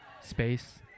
space